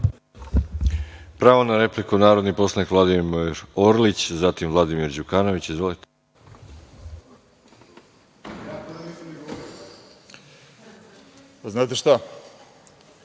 Pravo na repliku, narodni poslanik Vladimir Orlić, zatim Vladimir Đukanović. Izvolite. **Vladimir